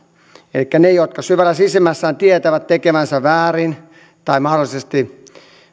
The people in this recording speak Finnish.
elikkä ne jotka syvällä sisimmässään tietävät tekevänsä väärin tai mahdollisesti